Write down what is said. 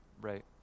right